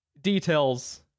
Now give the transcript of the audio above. details